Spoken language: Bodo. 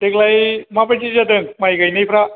देग्लाय माबायदि जादों माइ गायनायफ्रा